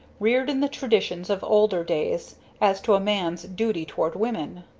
reared in the traditions of older days as to a man's duty toward women.